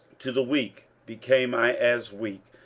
to the weak became i as weak,